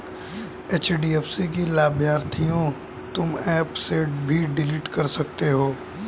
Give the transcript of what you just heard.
HDFC की लाभार्थियों तुम एप से भी डिलीट कर सकते हो